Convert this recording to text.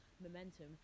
Momentum